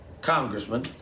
congressman